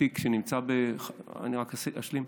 אני רק אשלים.